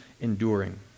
enduring